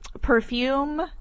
perfume